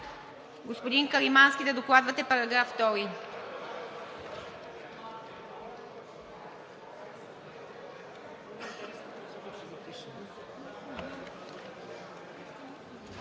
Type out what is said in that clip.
господин Каримански, да докладвате § 2.